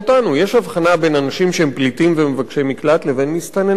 בין אנשים שהם פליטים והם מבקשי מקלט לבין מסתנני עבודה.